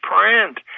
print